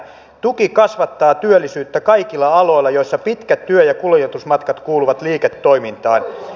tuki kasvattaa työllisyyttä kaikilla aloilla joissa pitkät työ ja kuljetusmatkat kuuluvat liiketoimintaan